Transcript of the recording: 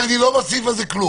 כן.